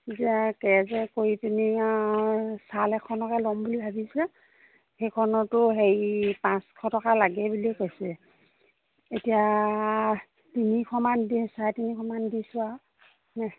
এতিয়া কেৰ জেৰ কৰি পিনি অঁ ছাল এখনকে ল'ম বুলি ভাবিছোঁ সেইখনতো হেৰি পাঁচশ টকা লাগে বুলিয়ে কৈছে এতিয়া তিনিশমান দি চাৰে তিনিশমান দিছোঁ আৰু